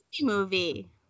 movie